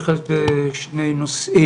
יש כאן דיונים ארוכים.